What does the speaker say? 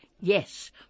yes